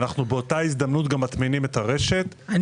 באותה הזדמנות אנחנו גם מטמינים את הרשת,